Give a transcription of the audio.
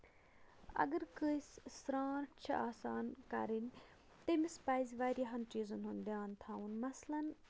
اَگر کٲنٛسہِ ژرٛانٹھ چھےٚ آسان کَرٕنۍ تٔمِس پَزِ واریاہن چیٖزَن ہُنٛد دیان تھاوُن مَسلَن